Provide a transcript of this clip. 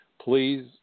Please